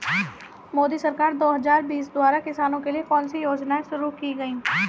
मोदी सरकार दो हज़ार बीस द्वारा किसानों के लिए कौन सी योजनाएं शुरू की गई हैं?